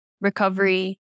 recovery